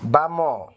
ବାମ